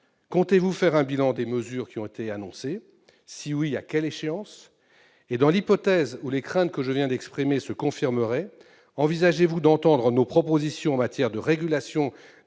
Comptez-vous faire un bilan des mesures qui ont été annoncées et, si oui, à quelle échéance ? Dans l'hypothèse où les craintes que je viens d'exprimer se confirmeraient, envisagez-vous d'entendre nos propositions en matière de régulation